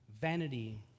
vanity